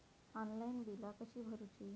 Online बिला कशी भरूची?